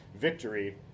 victory